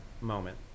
moment